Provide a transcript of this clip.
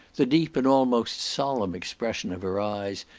the deep and almost solemn expression of her eyes,